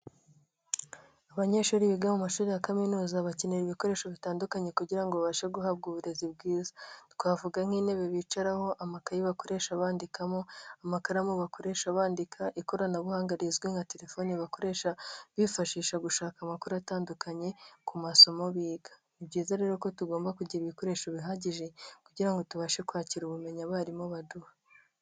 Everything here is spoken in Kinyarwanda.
Abanyeshuri biga mu mashuri ya kaminuza bakenera ibikoresho bitandukanye kugira ngo babashe guhabwa uburezi bwiza, twavuga nk'intebe bicaraho, amakaye bakoresha bandikamo, amakaramu bakoresha bandika, ikoranabuhanga rizwi nka telefoni bakoresha bifashisha gushaka amakuru atandukanye ku masomo biga ni byiza rero ko tugomba kugira ibikoresho bihagije kugirango ngo tubashe kwakira ubumenyi abarimu baduha.